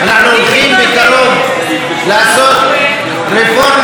אנחנו הולכים בקרוב לעשות רפורמה,